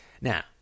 Now